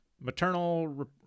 maternal